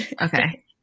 Okay